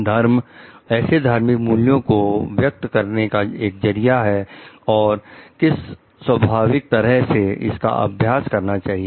धर्म ऐसे धार्मिक मूल्यों को व्यक्त करने का एक जरिया है और किस स्वभाविक तरह से इसका अभ्यास करना चाहिए